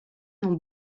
dans